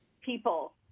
people